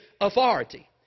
authority